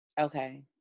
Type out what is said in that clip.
Okay